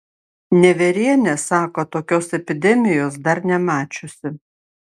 nevierienė sako tokios epidemijos dar nemačiusi